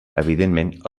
evidentment